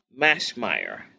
Mashmeyer